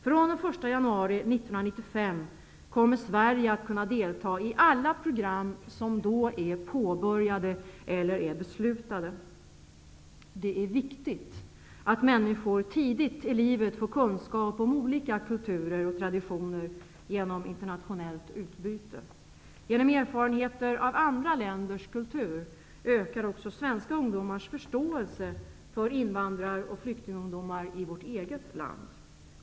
Från den 1 januari 1995 kommer Sverige att kunna delta i alla program som då är påbörjade eller är beslutade. Det är viktigt att människor tidigt i livet får kunskap om olika kulturer och traditioner genom internationellt utbyte. Genom erfarenhet av andra länders kultur ökar svenska ungdomars förståelse för invandrar och flyktingungdomar i vårt eget land.